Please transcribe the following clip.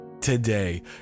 today